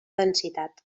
densitat